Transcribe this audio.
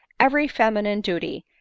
every feminine duty,